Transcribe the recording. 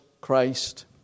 Christ